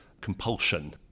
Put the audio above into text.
compulsion